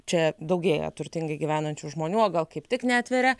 čia daugėja turtingai gyvenančių žmonių o gal kaip tik neatveria